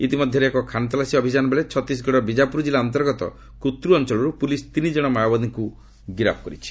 ଇତିମଧ୍ୟରେ ଏକ ଖାନ୍ତଲାସୀ ଅଭିଯାନ ବେଳେ ଛତିଶଗଡ଼ର ବିଜାପୁର ଜିଲ୍ଲା ଅନ୍ତର୍ଗତ କୁର୍ତ୍ତୁ ଅଞ୍ଚଳରୁ ପୁଲିସ୍ ତିନି ଜଣ ମାଓବାଦୀଙ୍କୁ ଗିରଫ୍ କରିଛି